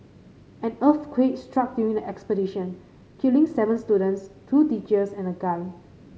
an earthquake struck during the expedition killing seven students two teachers and a guide